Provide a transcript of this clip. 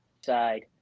side